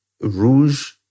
Rouge